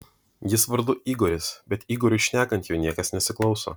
jis vardu igoris bet igoriui šnekant jo niekas nesiklauso